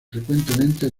frecuentemente